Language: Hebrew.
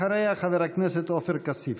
אחריה, חבר הכנסת עופר כסיף.